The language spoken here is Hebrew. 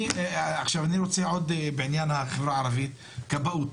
דבר נוסף בעניין החברה העברית הוא נושא הכבאות.